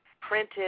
printed